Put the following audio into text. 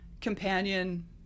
companion